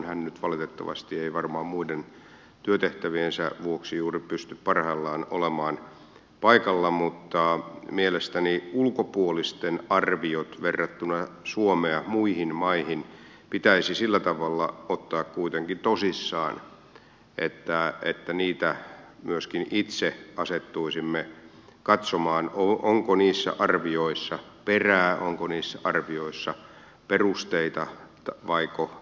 hän nyt valitettavasti ei varmaan muiden työtehtäviensä vuoksi juuri pysty parhaillaan olemaan paikalla mutta mielestäni ulkopuolisten arviot suomesta verrattuna muihin maihin pitäisi sillä tavalla ottaa kuitenkin tosissaan että niitä myöskin itse asettuisimme katsomaan onko niissä arvioissa perää onko niissä arvioissa perusteita vaiko ei